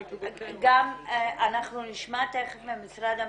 אנחנו נשמע תיכף ממשרד המשפטים,